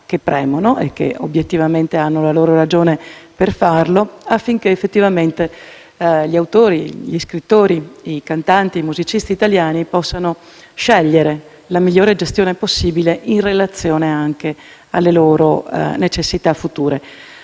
che premono e che obiettivamente hanno la loro ragione per farlo, affinché effettivamente gli autori, gli scrittori, i cantanti e i musicisti italiani possano scegliere la migliore gestione possibile in relazione anche alle loro necessità future.